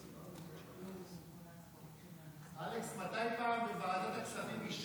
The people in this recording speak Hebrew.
לסעיף 2: אחד בעד, ארבעה נגד,